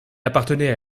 appartenait